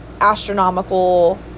astronomical